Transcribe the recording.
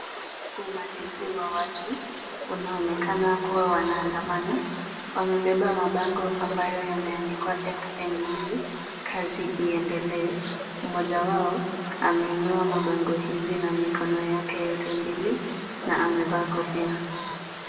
Umati huu wa watu unaonekana kuwa wanaandamana. Wamebeba mabango ambayo yameandikwa PNU, kazi iendelee. Mmoja wao ameinua mabango hizi na mikono yake yote mbili na amevaa kofia.